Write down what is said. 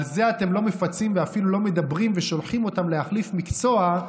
על זה אתם לא מפצים ואפילו לא מדברים ושולחים אותם להחליף מקצוע.